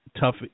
tough